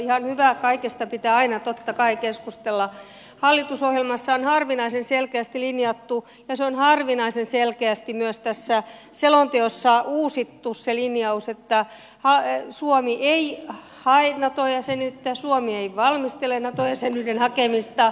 ihan hyvä kaikesta pitää aina totta kai keskustella mutta hallitusohjelmassa on harvinaisen selkeästi linjattu ja on harvinaisen selkeästi myös tässä selonteossa uusittu se linjaus että suomi ei hae nato jäsenyyttä suomi ei valmistele nato jäsenyyden hakemista